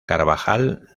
carvajal